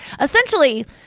essentially